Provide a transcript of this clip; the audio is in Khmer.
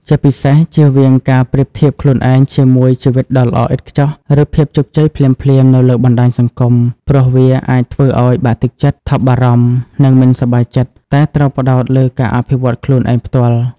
ជាពិសេស ជៀសវាងការប្រៀបធៀបខ្លួនឯងជាមួយ ជីវិតដ៏ល្អឥតខ្ចោះ ឬភាពជោគជ័យភ្លាមៗ នៅលើបណ្តាញសង្គម ព្រោះវាអាចធ្វើឱ្យបាក់ទឹកចិត្ត ថប់បារម្ភ និងមិនសប្បាយចិត្ត តែត្រូវផ្តោតលើការអភិវឌ្ឍខ្លួនឯងផ្ទាល់។